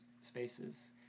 spaces